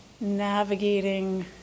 navigating